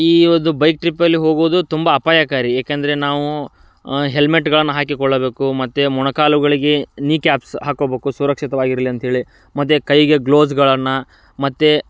ಈ ಒಂದು ಬೈಕ್ ಟ್ರಿಪ್ಪಲ್ಲಿ ಹೋಗುವುದು ತುಂಬ ಅಪಾಯಕಾರಿ ಏಕೆಂದರೆ ನಾವು ಹೆಲ್ಮೆಟ್ಗಳನ್ನ ಹಾಕಿಕೊಳ್ಳಬೇಕು ಮತ್ತು ಮೊಣಕಾಲುಗಳಿಗೆ ನೀ ಕ್ಯಾಪ್ಸ್ ಹಾಕ್ಕೋಬೇಕು ಸುರಕ್ಷಿತವಾಗಿರಲಿ ಅಂತ ಹೇಳಿ ಮತ್ತು ಕೈಗೆ ಗ್ಲೋಸ್ಗಳನ್ನು ಮತ್ತು